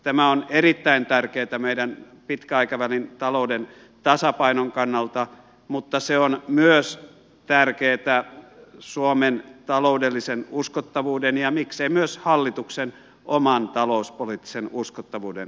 tämä on erittäin tärkeää meidän pitkän aikavälin talouden tasapainon kannalta mutta se on tärkeätä myös suomen taloudellisen uskottavuuden ja miksei myös hallituksen oman talouspoliittisen uskottavuuden kannalta